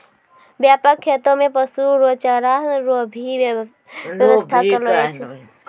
व्यापक खेती मे पशु रो चारा रो भी व्याबस्था करलो जाय छै